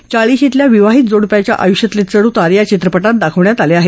चाळीशीतल्या विवाहित जोड्प्याच्या आय्ष्यातले चढ्उतार या चित्रपट दाखवण्यात आले आहेत